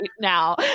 now